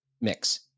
mix